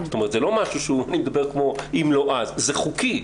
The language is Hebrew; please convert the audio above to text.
זה לא משהו שאני מדבר כמו 'אם לא אז', זה חוקי.